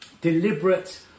Deliberate